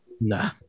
nah